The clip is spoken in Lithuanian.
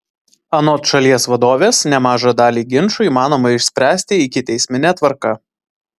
anot šalies vadovės nemažą dalį ginčų įmanoma išspręsti ikiteismine tvarka